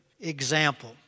example